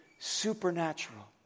supernatural